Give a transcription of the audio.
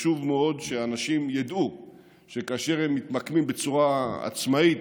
חשוב מאוד שאנשים ידעו שכאשר הם מתמקמים בצורה עצמאית